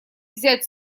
взять